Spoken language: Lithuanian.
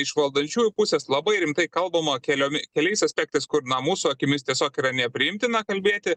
iš valdančiųjų pusės labai rimtai kalbama keliomi keliais aspektais kur na mūsų akimis tiesiog yra nepriimtina kalbėti